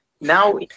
Now